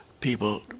people